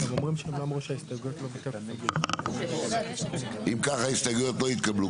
הצבעה ההסתייגויות נדחו אם כך ההסתייגויות לא התקבלו.